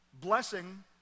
blessing